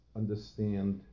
understand